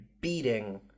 beating